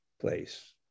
place